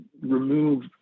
remove